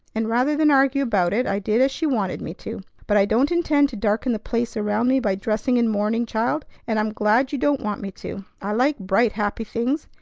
and rather than argue about it i did as she wanted me to. but i don't intend to darken the place around me by dressing in mourning, child and i'm glad you don't want me to. i like bright, happy things.